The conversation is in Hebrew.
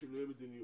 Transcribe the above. שינויי מדיניות.